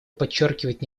подчеркивает